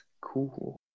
Cool